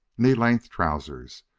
knee-length trousers,